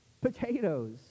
potatoes